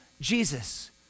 Jesus